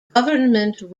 government